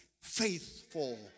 faithful